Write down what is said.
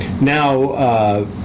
Now